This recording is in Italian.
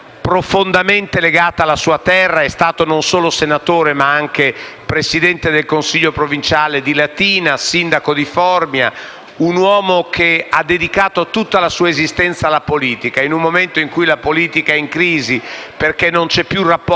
un uomo che ha dedicato tutta la sua esistenza alla politica. In un momento in cui la politica è in crisi perché non c'è più rapporto